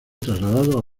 trasladados